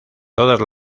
todas